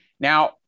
Now